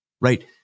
right